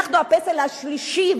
אנחנו הפסל השלישי,